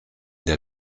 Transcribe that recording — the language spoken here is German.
der